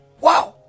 wow